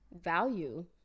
value